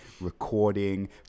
recording